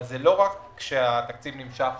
אבל זה לא רק כשהתקציב נמשך